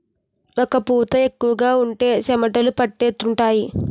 ఒక్క పూత ఎక్కువగా ఉంటే చెమటలు పట్టేస్తుంటాయి